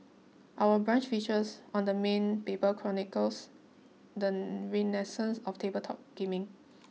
our brunch features on the main paper chronicles the renaissance of tabletop gaming